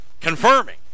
Confirming